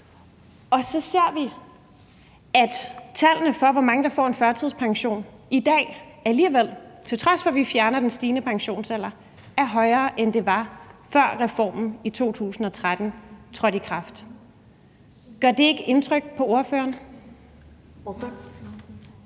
Og så ser vi, at tallet for, hvor mange der får en førtidspension i dag, alligevel – til trods for at vi fjerner stigningen i pensionsalderen – er højere, end det var, før reformen i 2013 trådte i kraft. Gør det ikke indtryk på ordføreren?